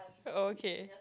okay